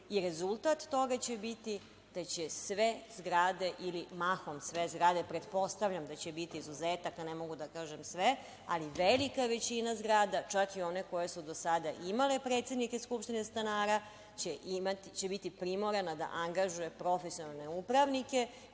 Rezultat toga će biti da će sve zgrade ili mahom sve zgrade, pretpostavljam da će biti izuzetak, ne mogu da kažem sve, ali velika većina zgrada, čak i one koje su do sada imale predsednike skupštine stanara će biti primorana da angažuje profesionalne upravnike